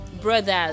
brothers